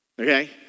Okay